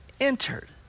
entered